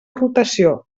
rotació